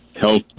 health